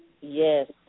Yes